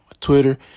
Twitter